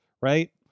right